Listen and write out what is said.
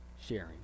sharing